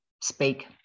speak